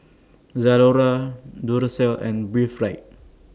Zalora Duracell and Breathe Right